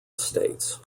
estates